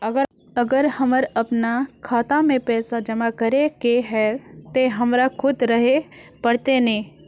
अगर हमर अपना खाता में पैसा जमा करे के है ते हमरा खुद रहे पड़ते ने?